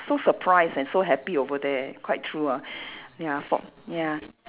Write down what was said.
so surprised and so happy over there quite true ah ya for ya